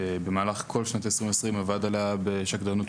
במהלך כל שנת 2020 עבד עליה בשקדנות,